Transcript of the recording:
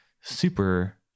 super